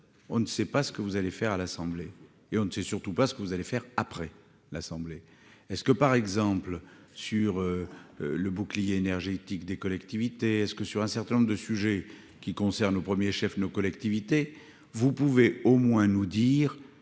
on ne sait pas ce que vous allez faire, à l'Assemblée et on ne sait surtout pas ce que vous allez faire après l'assemblée est-ce que par exemple sur le bouclier énergétique des collectivités est-ce que sur un certain nombre de sujets qui concernent au 1er chef nos collectivités, vous pouvez au moins nous dire